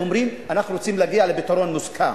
ואומרים: אנחנו רוצים להגיע לפתרון מוסכם.